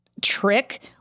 trick